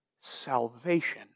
Salvation